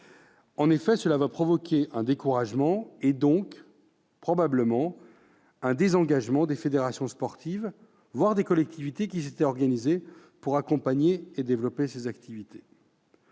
En effet, cela va provoquer un découragement, donc probablement un désengagement, des fédérations sportives, voire des collectivités qui s'étaient organisées pour accompagner et développer ces activités.